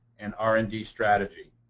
and r and d strategy.